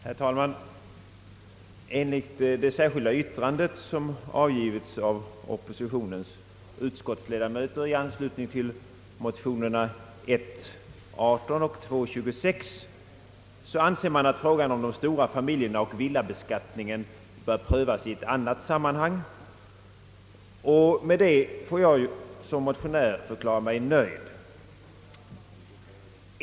Herr talman! I det särskilda yttrande som avgivits av oppositionens utskottsledamöter i anslutning till motionerna I: 18 och II: 26 anser man att frågan om de stora familjerna och villabeskattningen bör prövas i ett annat sammanhang, och med detta får jag som motionär förklara mig nöjd.